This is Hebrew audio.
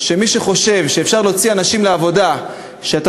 מי שחושב שאפשר להוציא אנשים לעבודה כשאתה